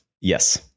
Yes